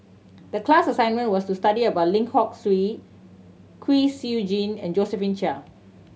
the class assignment was to study about Lim Hock Siew Kwek Siew Jin and Josephine Chia